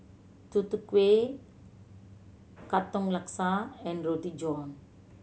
Tutu Kueh Katong Laksa and Roti John